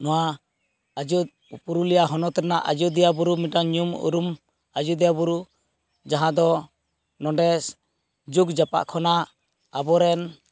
ᱱᱚᱣᱟ ᱯᱩᱨᱩᱞᱤᱭᱟᱹ ᱦᱚᱱᱚᱛ ᱨᱮᱱᱟᱜ ᱟᱡᱳᱫᱤᱭᱟ ᱵᱩᱨᱩ ᱢᱤᱫᱴᱟᱝ ᱧᱩᱢᱩᱨᱩᱢ ᱟᱡᱳᱫᱤᱭᱟ ᱵᱩᱨᱩ ᱡᱟᱦᱟᱸᱫᱚ ᱱᱚᱰᱮ ᱡᱩᱜᱽ ᱡᱟᱯᱟᱜ ᱠᱷᱚᱱᱟᱜ ᱟᱵᱚᱨᱮᱱ